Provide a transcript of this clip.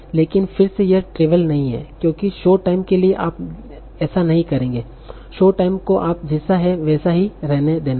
लेकिन फिर से यह त्रीविअल नहीं है क्योंकि शो टाइम के लिए आप ऐसा नहीं करेंगे शो टाइम को आप जैसा है वैसा ही रहने देना है